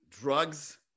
Drugs